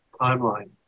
timeline